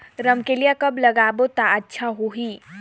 रमकेलिया कब लगाबो ता अच्छा होही?